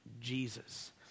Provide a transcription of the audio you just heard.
Jesus